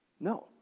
No